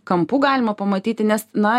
kampu galima pamatyti nes na